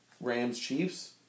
Rams-Chiefs